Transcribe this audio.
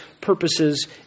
purposes